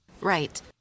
Right